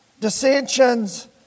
dissensions